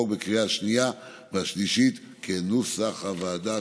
בקריאה השנייה והשלישית כנוסח הוועדה.